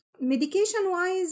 Medication-wise